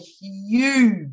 huge